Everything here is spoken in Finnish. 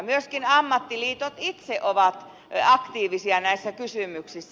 myöskin ammattiliitot itse ovat aktiivisia näissä kysymyksissä